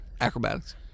Acrobatics